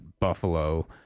Buffalo